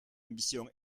ambition